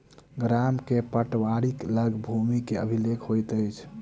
गाम में पटवारीक लग भूमि के अभिलेख होइत अछि